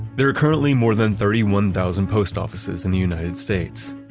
there are currently more than thirty one thousand post offices in the united states.